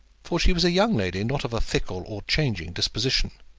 for she was a young lady not of a fickle or changing disposition.